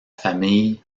famille